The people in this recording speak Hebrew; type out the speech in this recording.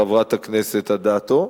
חברת הכנסת אדטו.